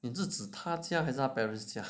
你是指他家还是他 parents 家